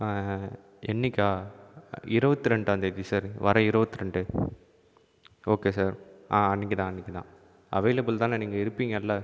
என்றைக்கா இருபத்திரெண்டாம்தேதி சார் வர இருபத்திரெண்டு ஓகே சார் அன்றைக்குதான் அன்றைக்குதான் அவைலபில் தானே நீங்கள் இருப்பீங்கல்லை